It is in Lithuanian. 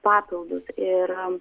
papildus ir